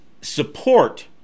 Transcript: support